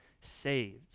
saved